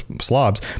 slobs